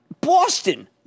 Boston